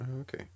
Okay